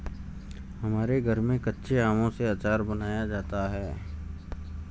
हमारे घर में कच्चे आमों से आचार बनाया जाता है